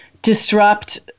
disrupt